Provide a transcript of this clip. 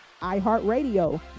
iHeartRadio